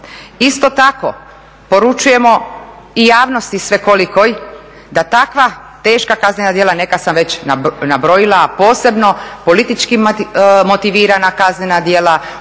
Isto tako, poručujemo i javnosti svekolikoj da takva teška kaznena djela, neka sam već nabrojila, a posebno politički motivirana kaznena djela,